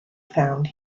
found